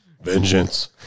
Vengeance